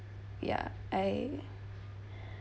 ya I